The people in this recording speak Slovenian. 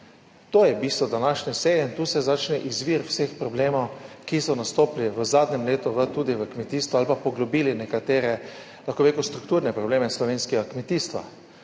(Nadaljevanje) in tu se začne izvir vseh problemov, ki so nastopili v zadnjem letu tudi v kmetijstvu ali pa poglobili nekatere strukturne probleme slovenskega kmetijstva.